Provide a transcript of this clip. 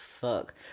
fuck